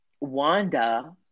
Wanda